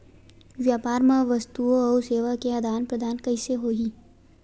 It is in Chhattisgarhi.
व्यापार मा वस्तुओ अउ सेवा के आदान प्रदान कइसे होही?